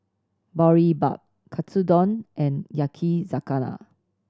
Boribap Katsudon and Yakizakana